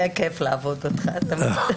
היה כיף לעבוד אתך.